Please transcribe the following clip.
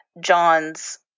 John's